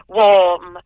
warm